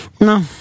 No